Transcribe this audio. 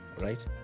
right